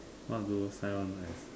what do you spend on life